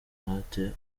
umuhate